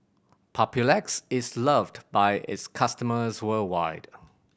Papulex is loved by its customers worldwide